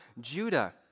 Judah